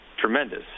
tremendous